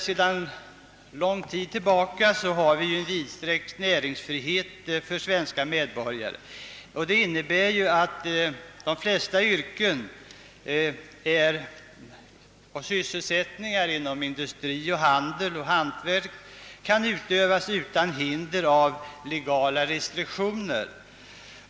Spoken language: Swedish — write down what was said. Sedan lång tid tillbaka har vi vidsträckt näringsfrihet för svenska medborgare, vilket innebär att de flesta yrken och sysselsättningar inom industri, handel och hantverk kan utövas utan hinder av legala restriktioner.